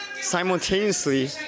Simultaneously